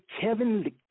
Kevin